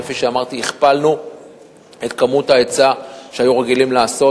כפי שאמרתי, הכפלנו את ההיצע שהיו רגילים לעשות.